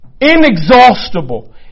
inexhaustible